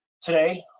Today